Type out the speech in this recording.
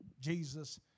Jesus